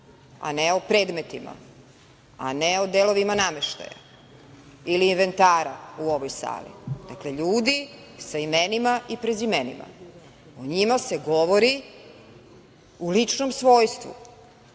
a ne o predmetima, a ne o delovima nameštaja ili inventara u ovoj sali, dakle, ljudi sa imenima i prezimenima. O njima se govori u ličnom svojstvu.